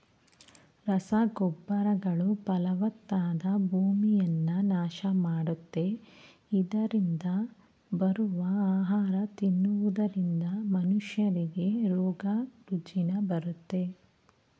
ರಸಗೊಬ್ಬರಗಳು ಫಲವತ್ತಾದ ಭೂಮಿಯನ್ನ ನಾಶ ಮಾಡುತ್ತೆ, ಇದರರಿಂದ ಬರುವ ಆಹಾರ ತಿನ್ನುವುದರಿಂದ ಮನುಷ್ಯರಿಗೆ ರೋಗ ರುಜಿನ ಬರುತ್ತೆ